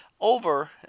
over